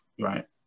right